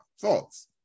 thoughts